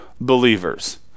believers